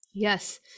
Yes